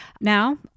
Now